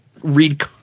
read